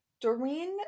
Doreen